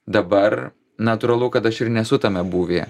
dabar natūralu kad aš ir nesu tame būvyje